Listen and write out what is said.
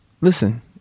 Listen